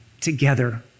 together